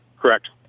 Correct